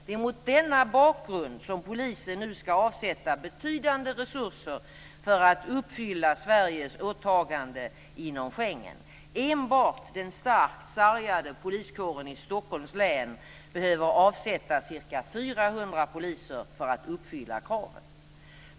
Det är mot denna bakgrund som polisen nu ska avsätta betydande resurser för att uppfylla Sveriges åtaganden inom Schengen. Enbart den starkt sargade poliskåren i Stockholms län behöver avsätta ca 400 poliser för att uppfylla kraven.